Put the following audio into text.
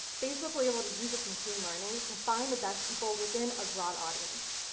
basically able to use its machine learning to find the best people within a broad audience.